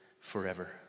Forever